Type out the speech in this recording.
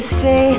say